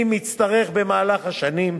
אם יצטרך במהלך השנים,